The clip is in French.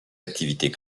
activités